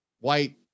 white